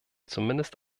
zumindest